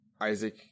Isaac